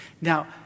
Now